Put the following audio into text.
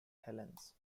helens